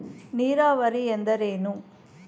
ನೀರಾವರಿ ಎಂದರೇನು?